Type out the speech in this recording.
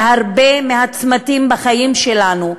בהרבה מהצמתים בחיים שלנו,